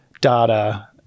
data